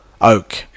Oak